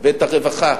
ואת הרווחה,